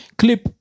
clip